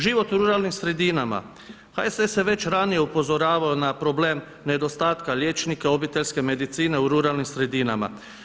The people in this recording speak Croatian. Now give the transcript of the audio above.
Život u ruralnim sredinama, HSS je već ranije upozoravao na problem nedostatka liječnika obiteljske medicine u ruralnim sredinama.